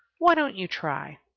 why don't you try?